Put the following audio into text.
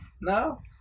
no